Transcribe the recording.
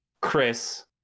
Chris